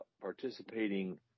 participating